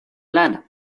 lana